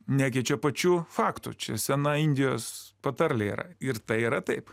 nekeičia pačių faktų čia sena indijos patarlė yra ir tai yra taip